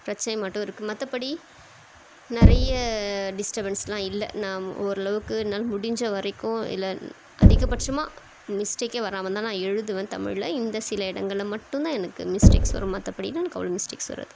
பிரச்சனை மட்டும் இருக்குது மற்றபடி நிறைய டிஸ்டபன்ஸ்லாம் இல்லை நாம் ஓரளவுக்கு என்னால் முடிந்த வரைக்கும் இல்லை அதிகபட்சமாக மிஸ்டேக்கே வராமல்தான் நான் எழுதுவேன் தமிழ்ல இந்த சில இடங்கள்ல மட்டுந்தான் எனக்கு மிஸ்டேக்ஸ் வரும் மற்றபடிலாம் எனக்கு அவ்வளோ மிஸ்டேக்ஸ் வராது